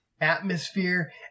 atmosphere